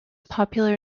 popular